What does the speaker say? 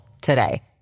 today